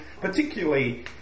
particularly